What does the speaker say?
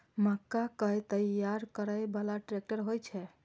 मक्का कै तैयार करै बाला ट्रेक्टर होय छै?